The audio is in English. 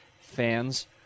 fans